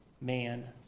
man